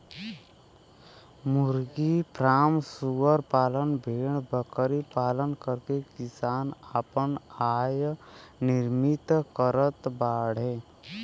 मुर्गी फ्राम सूअर पालन भेड़बकरी पालन करके किसान आपन आय निर्मित करत बाडे